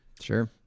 Sure